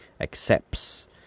accepts